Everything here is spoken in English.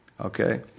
okay